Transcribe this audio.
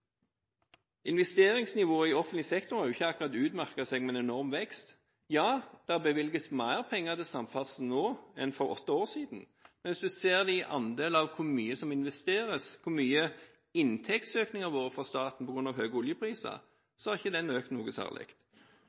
Investeringsnivået i offentlig sektor har ikke akkurat utmerket seg med en enorm vekst. Ja, det bevilges mer penger til samferdsel nå enn for åtte år siden, men andelen av hvor mye som investeres – inntektsøkningen for staten på grunn av høye oljepriser – har ikke økt noe særlig.